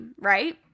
right